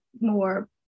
more